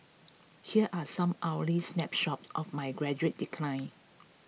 here are some hourly snapshots of my gradual decline